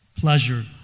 pleasure